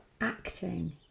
acting